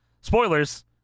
Spoilers